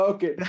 Okay